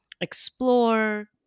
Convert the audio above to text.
explore